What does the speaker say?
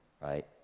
Right